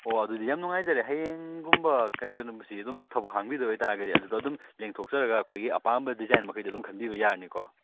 ꯑꯣ ꯑꯗꯨꯗꯤ ꯌꯥꯝ ꯅꯨꯡꯉꯥꯏꯖꯔꯦ ꯍꯌꯦꯡꯒꯨꯝꯕ ꯀꯔꯤꯗꯅꯣ ꯃꯁꯤꯒꯤ ꯑꯗꯨꯝ ꯊꯕꯛ ꯍꯥꯡꯕꯤꯗꯣꯏ ꯑꯣꯏ ꯇꯥꯔꯒꯗꯤ ꯑꯗꯨꯗ ꯑꯗꯨꯝ ꯂꯦꯡꯊꯣꯛꯆꯔꯒ ꯑꯩꯈꯣꯏꯒꯤ ꯑꯄꯥꯝꯕ ꯗꯤꯖꯥꯏꯟ ꯃꯈꯩꯗꯨ ꯑꯗꯨꯝ ꯈꯟꯕꯤꯕ ꯌꯥꯔꯅꯤꯀꯣ